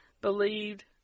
believed